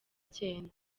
cyenda